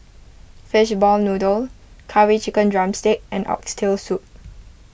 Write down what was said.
Fishball Noodle Curry Chicken Drumstick and Oxtail Soup